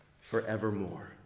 forevermore